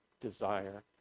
desire